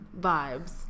vibes